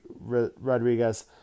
Rodriguez